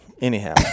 anyhow